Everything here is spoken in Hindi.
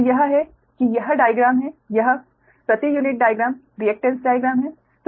तो यह है कि यह डाइग्राम है यह प्रति यूनिट डाइग्राम रिएकटेन्स डाइग्राम है